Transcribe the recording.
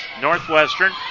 Northwestern